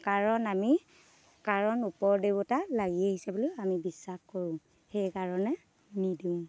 কাৰণ আমি কাৰণ ওপৰৰ দেৱতা লাগি আহিছে বুলি আমি বিশ্বাস কৰোঁ সেই কাৰণে আমি দিওঁ